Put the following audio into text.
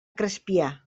crespià